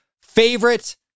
favorite